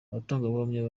abatangabuhamya